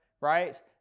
right